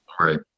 Right